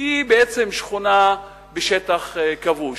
היא בעצם שכונה בשטח כבוש.